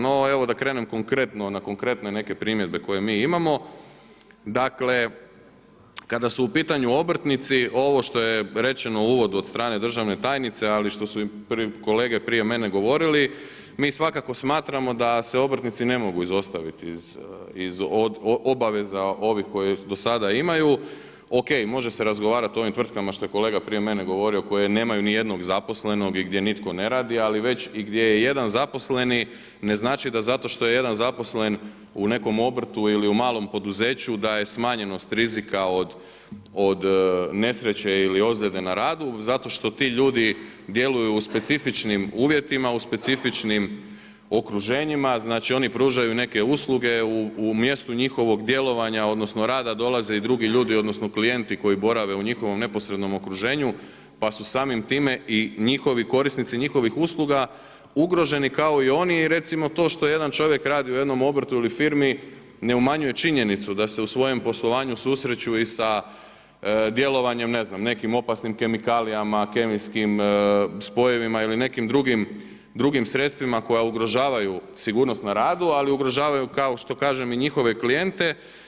No evo da krenem konkretno na konkretne neke primjedbe koje mi imamo, dakle kada su u pitanju obrtnici, ovo što je rečeno u uvodu od strane državne tajnice, ali što i kolege prije mene govorili, mi svakako smatramo da se obrtnici ne mogu izostaviti iz obaveza koje do sada imaju, ok može se razgovarati o ovim tvrtkama što je kolega prije mene govorio koje nemaju nijednog zaposlenog i gdje nitko ne radi, ali već i gdje je i jedan zaposleni ne znači da zato što je jedan zaposlen u nekom obrtu ili u malom poduzeću da je smanjenost rizika od nesreće ili ozljede na radu zato što ti ljudi djeluju u specifičnim uvjetima u specifičnim okruženjima, znači oni pružaju neke usluge u mjestu njihovog djelovanja, odnosno rada dolaze i drugi ljudi, odnosno klijenti koji borave u njihovom neposrednom okruženju pa su samim time i njihovi korisnici njihovih usluga ugroženi kao i oni i recimo to što jedan čovjek radi u jednom obrtu ili firmi ne umanjuje činjenicu da se u svojem poslovanju susreću i sa djelovanjem ne znam, nekim opasnim kemikalijama, kemijskim spojevima ili nekim drugim sredstvima koja ugrožavaju sigurnost na radu, ali i ugrožavaju kao što kažem i njihove klijente.